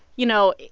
you know,